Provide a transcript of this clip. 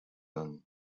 than